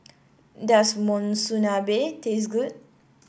does Monsunabe taste good